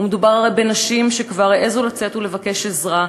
מדובר הרי בנשים שכבר העזו לצאת ולבקש עזרה,